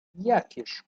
jakież